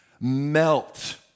melt